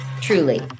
truly